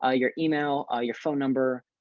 ah your email, ah your phone number,